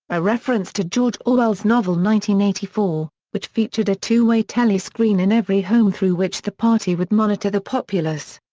a reference to george orwell's novel nineteen eighty-four, which featured a two-way telescreen in every home through which the party would monitor the populace.